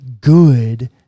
good